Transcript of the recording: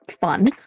fun